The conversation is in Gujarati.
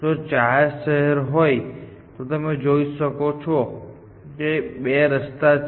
જો 4 શહેરો હોય તો તમે જોઈ શકો છો કે 2 રસ્તા છે